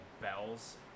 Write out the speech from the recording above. bells